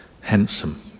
handsome